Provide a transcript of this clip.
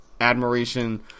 admiration